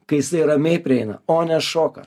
kai jisai ramiai prieina o ne šoka